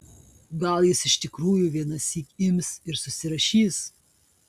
gal jis iš tikrųjų vienąsyk ims ir susirašys